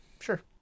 Sure